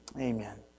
Amen